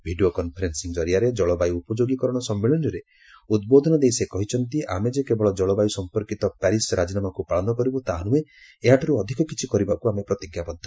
video conferencing ଜରିଆରେ ଜଳବାୟୁ ଉପଯୋଗୀକରଣ ସମ୍ମଳିନୀରେ ଉଦ୍ବୋଧନ ଦେଇ ସେ କହିଛନ୍ତି ଆମେ ଯେ କେବଳ ଜଳବାୟୁ ସମ୍ପର୍କିତ ପ୍ୟାରିସ୍ ରାଜିନାମାକୁ ପାଳନ କରିବୁ ତାହା ନୁହେଁ ଏହାଠାରୁ ଅଧିକ କିଛି କରିବାକୁ ଆମେ ପ୍ରତିଜ୍ଞାବଦ୍ଧ